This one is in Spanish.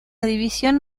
división